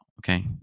Okay